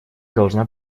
должна